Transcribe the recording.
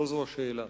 לא זו השאלה.